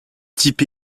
type